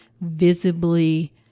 visibly